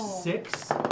Six